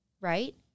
right